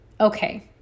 okay